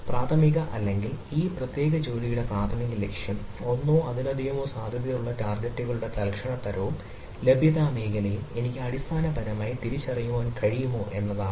പ്രാഥമിക അല്ലെങ്കിൽ ഈ പ്രത്യേക ജോലിയുടെ പ്രാഥമിക ലക്ഷ്യം ഒന്നോ അതിലധികമോ സാധ്യതയുള്ള ടാർഗെറ്റുകളുടെ തൽക്ഷണ തരവും ലഭ്യത മേഖലയും എനിക്ക് അടിസ്ഥാനപരമായി തിരിച്ചറിയാൻ കഴിയുമോ എന്നതാണ്